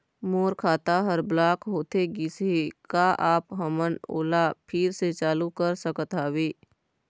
मोर खाता हर ब्लॉक होथे गिस हे, का आप हमन ओला फिर से चालू कर सकत हावे?